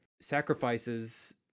sacrifices